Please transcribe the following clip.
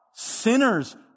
Sinners